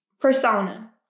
persona